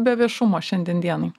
be viešumo šiandien dienai